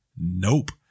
Nope